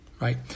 right